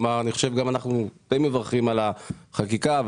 אנחנו די מברכים על החקיקה,